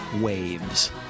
waves